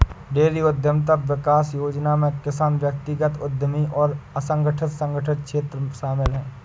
dairy उद्यमिता विकास योजना में किसान व्यक्तिगत उद्यमी और असंगठित संगठित क्षेत्र शामिल है